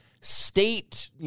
state